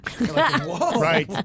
right